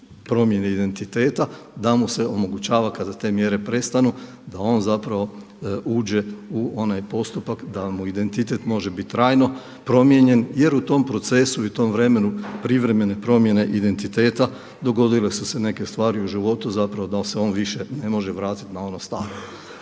promjene identiteta da mu se omogućava kada te mjere prestanu da on uđe u onaj postupak da mu identitet može biti trajno promijenjen jer u tom procesu i tom vremenu privremene promjene identiteta dogodile su se neke stvari u životu da se on više ne može vratiti na ono staro.